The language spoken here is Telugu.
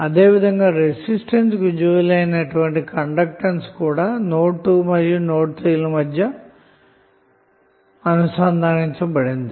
అదేవిధంగా రెసిస్టెన్స్ కు డ్యూయల్ అయిన కండెక్టన్స్ కూడా నోడ్ 2 మరియు నోడ్ 3 ల మధ్య అనుసంధానించబడింది